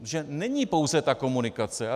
Že není pouze ta komunikace.